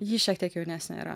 ji šiek tiek jaunesnė yra